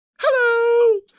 hello